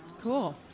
Cool